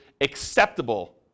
acceptable